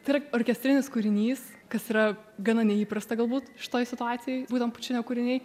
tai yra orkestrinis kūrinys kas yra gana neįprasta galbūt šitoj situacijoj būtent pačinio kūriniai